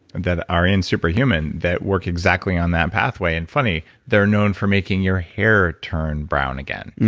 and that are in super human that work exactly on that pathway and funny they're known for making your hair turn brown again.